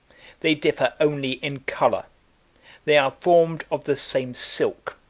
they differ only in color they are formed of the same silk,